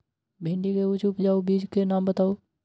भिंडी के उच्च उपजाऊ बीज के नाम बताऊ?